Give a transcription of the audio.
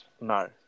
no